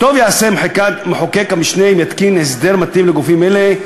טוב יעשה מחוקק המשנה אם יתקין הסדר מתאים לגופים אלה.